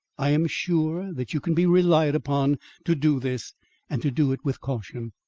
i am sure that you can be relied upon to do this and to do it with caution.